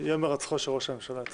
יום רביעי, י"ז במר חשוון התשפ"א,